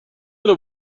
نوع